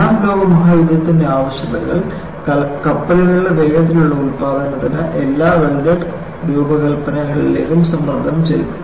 രണ്ടാം ലോക മഹായുദ്ധത്തിന്റെ ആവശ്യകതകൾ കപ്പലുകളുടെ വേഗത്തിലുള്ള ഉൽപാദനത്തിന് എല്ലാ വെൽഡെഡ് രൂപകൽപ്പനയിലേക്കും സമ്മർദ്ദം ചെലുത്തി